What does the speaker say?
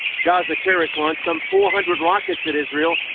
gaza terrorists launched some four hundred rockets at israel.